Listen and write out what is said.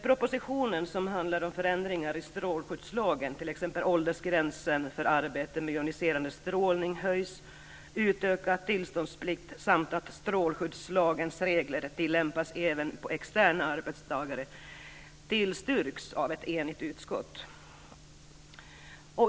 Propositionen som handlar om förändringar i strålskyddslagen, t.ex. att åldersgränsen för arbete med joniserande strålning höjs till 18 år, om utökad tillstånsdplikt samt om att strålskyddslagens regler ska tillämpas även på externa arbetstagare, tillstyrks av ett enigt utskott.